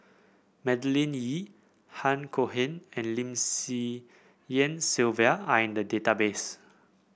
Madeleine Yee Han Cohen and Lim Swee Lian Sylvia are in the database